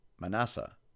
Manasseh